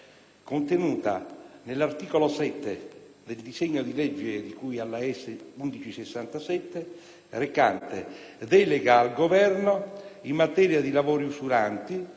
contenuta nell'articolo 7 del disegno di legge di cui all'Atto Senato n. 1167, recante «Delega al Governo in materia di lavori usuranti,